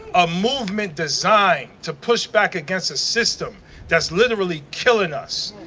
a movement designed to push back against a system that's literally killing us.